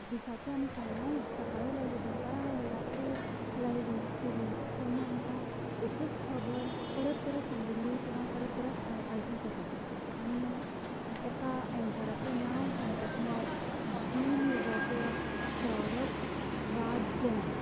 दिसाचें आमी केन्नाय सकाळीं लायली दनपरां लायली रात्री लायली टि वी तेन्ना आमकां एकच खबर परत परत सांगिल्ली किंवां परत परत आयकूंक येता आनी एका अँकराचे नांव सांगपाचे म्हळ्यार झी न्युजाचे सौरभ राज जैन